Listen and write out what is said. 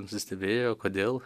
nusistebėjo kodėl